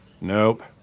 Nope